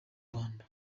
rwanda